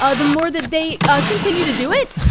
ah the more that they continue to do it.